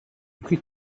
бүхий